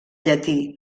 llatí